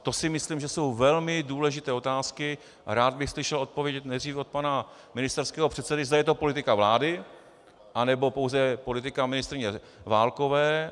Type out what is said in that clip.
To si myslím, že jsou velmi důležité otázky, a rád bych slyšel odpověď nejdřív od pana ministerského předsedy, zda je to politika vlády, anebo pouze politika ministryně Válkové.